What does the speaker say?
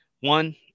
One